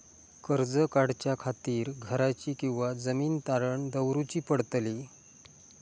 कर्ज काढच्या खातीर घराची किंवा जमीन तारण दवरूची पडतली?